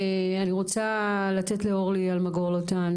אני רוצה לתת לאורלי אלמגור לוטן,